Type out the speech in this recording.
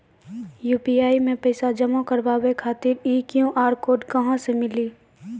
UPI मे पैसा जमा कारवावे खातिर ई क्यू.आर कोड कहां से मिली?